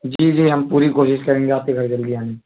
جی جی ہم پوری کوشش کریں گے آپ کے گھر جلدی آئیں